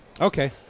Okay